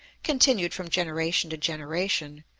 continued from generation to generation,